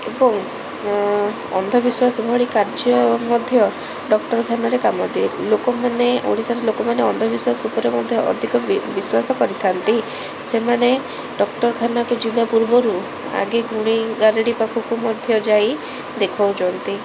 ଏବଂ ଅନ୍ଧ ବିଶ୍ବାସ ଭଳି କାର୍ଯ୍ୟ ମଧ୍ୟ ଡକ୍ଟରଖାନା ରେ କାମ ଦିଏ ଲୋକଙ୍କୁ ମେ ଓଡ଼ିଶାର ଲୋକମାନେ ଅନ୍ଧବିଶ୍ବାସ ଉପରେ ମଧ୍ୟ ଅଧିକ ବି ବିଶ୍ବାସ କରିଥାନ୍ତି ସେମାନେ ଡକ୍ଟରଖାନକୁ ଯିବା ପୂର୍ବରୁ ଆଗେ ଗୁଣି ଗାରେଡ଼ି ପାଖକୁ ମଧ୍ୟ ଯାଇ ଦେଖଉଛନ୍ତି